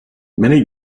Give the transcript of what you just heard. many